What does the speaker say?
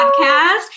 podcast